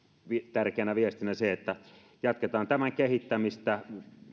tärkeänä viestinä se että jatketaan tämän kehittämistä